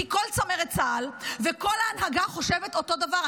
כי כל צמרת צה"ל וכל ההנהגה חושבים אותו דבר.